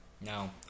No